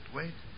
wait